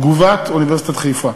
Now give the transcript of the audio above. תגובת אוניברסיטת חיפה: